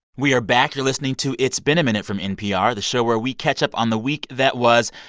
we are back. you're listening to it's been a minute from npr, the show where we catch up on the week that was.